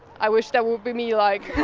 i wish that would be me, like.